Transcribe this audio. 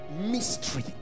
mystery